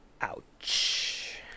Ouch